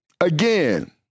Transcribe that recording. again